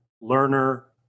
learner